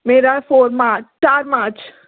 ਮੇਰਾ four March ਚਾਰ March